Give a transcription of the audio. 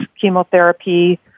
chemotherapy